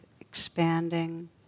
expanding